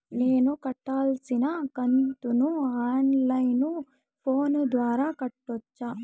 నేను కట్టాల్సిన కంతును ఆన్ లైను ఫోను ద్వారా కట్టొచ్చా?